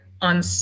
on